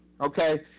okay